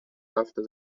after